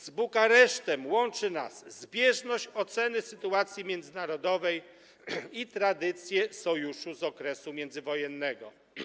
Z Bukaresztem łączy nas zbieżność oceny sytuacji międzynarodowej i tradycje sojuszu z okresu międzywojennego.